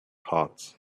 heart